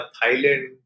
Thailand